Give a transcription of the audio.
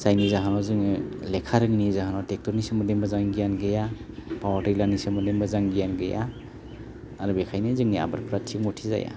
जायनि जाहोनाव जोङो लेखा रोङैनि जाहोनाव ट्रेक्टरनि सोमोन्दै मोजां गियान गैया पावार टेलारनि सोमोन्दै मोजां गियान गैया आरो बेखायनो जोंनि आबादफ्रा थिग मथे जाया